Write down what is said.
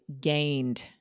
gained